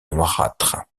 noirâtre